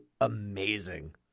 amazing